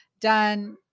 done